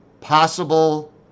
possible